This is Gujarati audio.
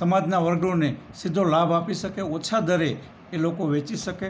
સમાજના વર્ગોને સીધો લાભ આપી શકે ઓછા દરે એ લોકો વેચી શકે